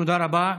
תודה רבה.